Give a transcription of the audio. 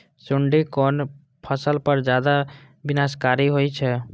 सुंडी कोन फसल पर ज्यादा विनाशकारी होई छै?